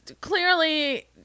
clearly